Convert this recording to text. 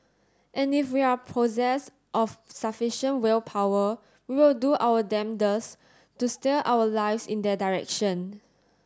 and if we are possessed of sufficient willpower we will do our damnedest to steer our lives in their direction